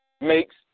makes